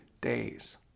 days